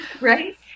right